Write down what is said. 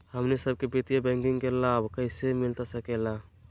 हमनी सबके वित्तीय बैंकिंग के लाभ कैसे मिलता सके ला?